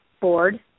board